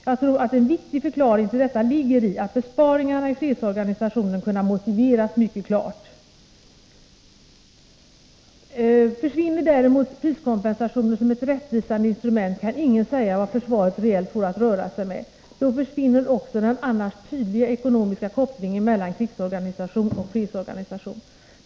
Jag tror att en viktig förklaring till detta ligger i att besparingarna i fredsorganisationen har kunnat motiveras mycket klart. Om däremot priskompensationen försvinner som ett rättvisande instrument kan ingen säga vad försvaret reellt får att röra sig med. Då försvinner också den annars tydliga ekonomiska kopplingen mellan krigsorganisation och fredsorganisation.